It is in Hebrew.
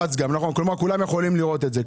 כלומר כולם יכולים לראות את זה.